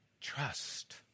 trust